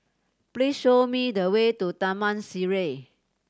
please show me the way to Taman Sireh